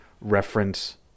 reference